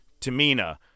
Tamina